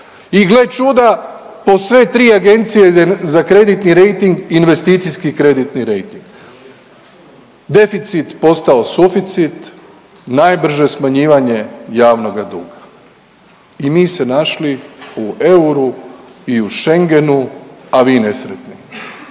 I gle čuda po sve tri Agencije za kreditni rejting i Investicijski kreditni rejting, deficit postao suficit, najbrže smanjivanje javnoga duga i mi se našli u euru i u Schengenu, a vi nesretni,